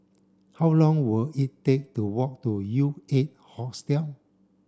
how long were it take to walk to U eight Hostel